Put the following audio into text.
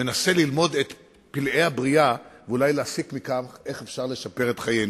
מנסה ללמוד את פלאי הבריאה ואולי להסיק מכך איך אפשר לשפר את חיינו.